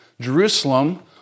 Jerusalem